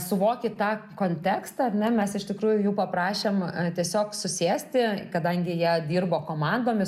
suvoki tą kontekstą ar ne mes iš tikrųjų jų paprašėm tiesiog susėsti kadangi jie dirbo komandomis